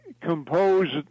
composed